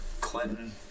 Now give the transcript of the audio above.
Clinton